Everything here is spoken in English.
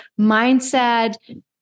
mindset